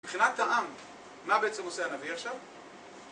מבחינת העם, מה בעצם עושה הנביא עכשיו?